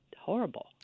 horrible